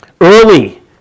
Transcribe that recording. Early